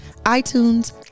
iTunes